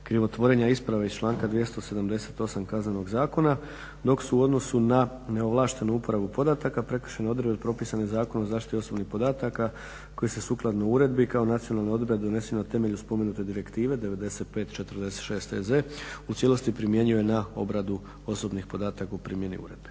krivotvorenja isprave iz članka 278. Kaznenog zakona, dok su u odnosu na neovlaštenu uporabu podataka prekršajne odredbe propisane Zakonom o zaštiti osobnih podataka koji se sukladno uredbi kao nacionalne odredbe donesene na temelju spomenute Direktive 95/46. EZ u cijelosti primjenjuje na obradu osobnih podataka u primjeni uredbe.